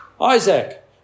Isaac